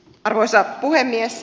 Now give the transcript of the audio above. arvoisa puhemies